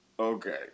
Okay